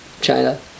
China